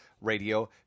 Radio